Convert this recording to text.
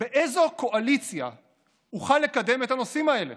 באיזו קואליציה אוכל לקדם את הנושאים האלה?